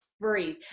breathe